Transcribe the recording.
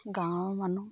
গাঁৱৰ মানুহ